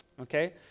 okay